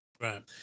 right